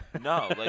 no